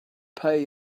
pay